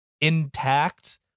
intact